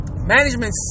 Management